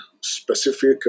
specific